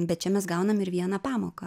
bet čia mes gaunam ir vieną pamoką